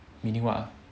meaning what ah